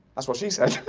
that's what she said!